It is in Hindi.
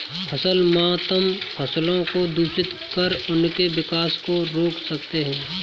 फसल मातम फसलों को दूषित कर उनके विकास को रोक सकते हैं